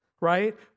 right